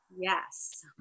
Yes